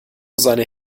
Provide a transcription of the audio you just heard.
seine